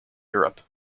europe